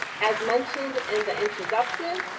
as mentioned in the introduction,